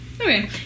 Okay